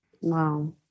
Wow